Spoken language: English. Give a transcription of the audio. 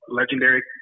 legendary